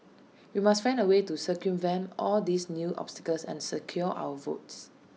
we must find A way to circumvent all these new obstacles and secure our votes